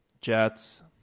Jets